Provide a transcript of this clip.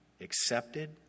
Accepted